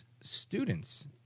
students